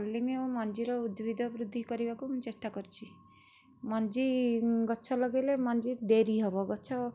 କଲିମି ଆଉ ମଞ୍ଜିର ଉଦ୍ଭିଦ ବୃଦ୍ଧି କରିବାକୁ ମୁଁ ଚେଷ୍ଟା କରିଛି ମଞ୍ଜି ଗଛ ଲଗେଇଲେ ମଞ୍ଜି ଡେରି ହେବ ଗଛ